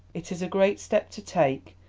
it is a great step to take,